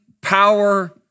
power